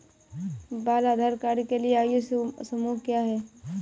बाल आधार कार्ड के लिए आयु समूह क्या है?